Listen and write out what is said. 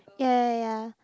ya ya ya